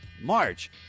march